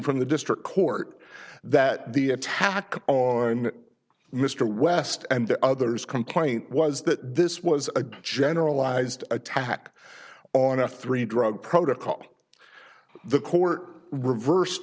from the district court that the attack on mr west and the others complaint was that this was a generalized attack on a three drug protocol the court reverse